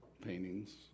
paintings